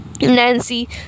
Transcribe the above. Nancy